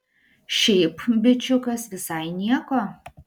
šiaip bičiukas visai nieko